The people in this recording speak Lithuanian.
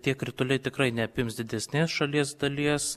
tie krituliai tikrai neapims didesnės šalies dalies